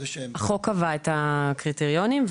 החוק קבע את הקריטריונים,